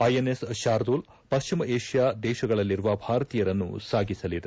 INS Shardul ಪಶ್ಚಿಮ Asia ದೇಶಗಳಲ್ಲಿರುವ ಭಾರತೀಯರನ್ನು ಸಾಗಿಸಲಿದೆ